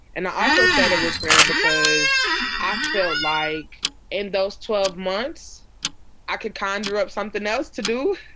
and i also said it was fair because i felt like in those twelve months i could conder up something else to do.